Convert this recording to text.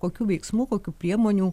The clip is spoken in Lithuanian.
kokių veiksmų kokių priemonių